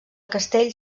castell